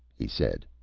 he said,